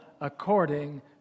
according